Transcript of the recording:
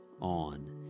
on